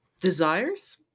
desires